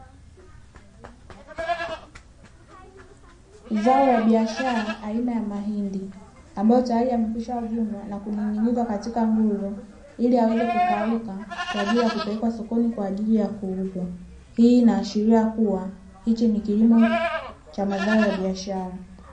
Zao la biashara aina ya mahindi ambayo tayari yamekwisha vunwa nakuning'inizwa katika nguzo ili yaweze kukakua kwa ajili ya kupelekwa sokoni kwa ajili ya kuuzwa, hii inaashiria kuwa hichi ni kilimo cha mazao ya biashara.